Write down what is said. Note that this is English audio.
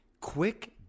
Quick